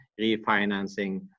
refinancing